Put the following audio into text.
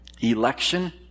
Election